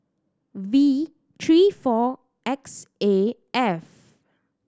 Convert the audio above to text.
V three four X A F